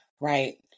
Right